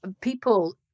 people